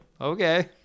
okay